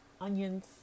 onions